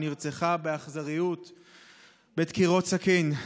נרצחה באכזריות בדקירות סכין.